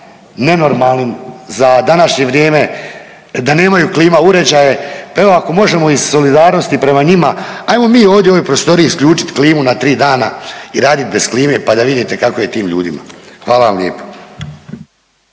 nenormalnim za današnje vrijeme, da nemaju klima uređaje pa evo ako možemo iz solidarnosti prema njima ajmo mi ovdje u ovoj prostoriji isključit klimu na tri dana i radit bez klime pa da vidite kako je tim ljudima. Hvala vam lijepo.